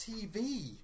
TV